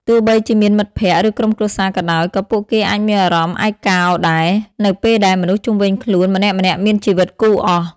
ទោះបីជាមានមិត្តភក្តិ ឬក្រុមគ្រួសារក៏ដោយ ក៏ពួកគេអាចមានអារម្មណ៍ឯកោដែល នៅពេលដែលមនុស្សជំុវិញខ្លួនម្នាក់ៗមានជីវិតគូអស់ ។